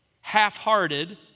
half-hearted